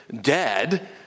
dead